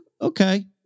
okay